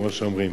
כמו שאומרים.